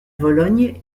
vologne